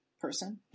person